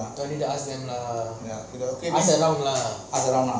no need to ask them lah